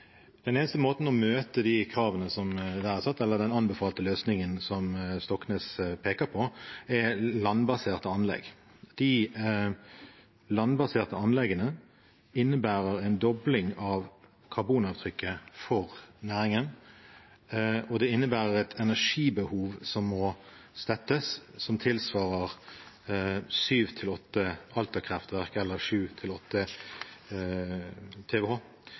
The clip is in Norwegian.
den facebook-posten som det ble raljert over her, fordi den eneste måten å møte den anbefalte løsningen som Stoknes peker på, er landbaserte anlegg. De landbaserte anleggene innebærer en dobling av karbonavtrykket for næringen, og det innebærer et energibehov som må stettes, som tilsvarer syv–åtte Alta-kraftverk eller 7–8 TWh.